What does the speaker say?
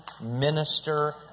minister